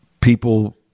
people